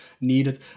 needed